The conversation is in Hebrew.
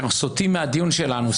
אנחנו סוטים מהדיון שלנו.